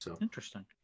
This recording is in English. Interesting